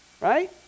right